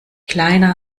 kleiner